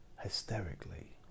hysterically